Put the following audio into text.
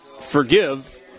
forgive